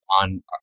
on